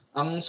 ang